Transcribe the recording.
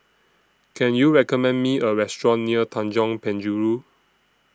Can YOU recommend Me A Restaurant near Tanjong Penjuru